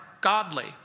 godly